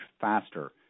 faster